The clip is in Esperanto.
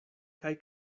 kaj